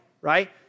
right